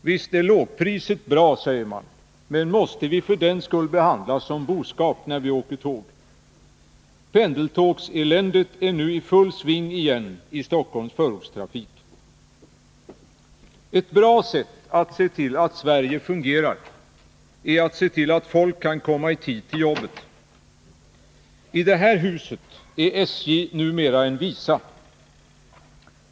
Visst är lågpriset bra, men måste vi för den skull behandlas som boskap när vi åker tåg? Pendeltågseländet är nu i full sving igen i Stockholms förortstrafik. Ett bra sätt att se till att Sverige fungerar är att se till att folk kan komma i tid till jobbet. I det här huset är SJ numera en visa.